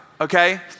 Okay